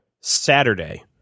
Saturday